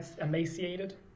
emaciated